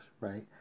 right